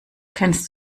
kennst